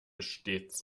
stets